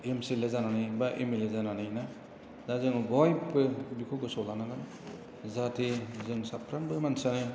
MCLA जानानै बा MLA जानानै ना दा जोङो बयबो बिखौ गोसोआव लानांगोन जाहाथे जों साफ्रोमबो मानसियानो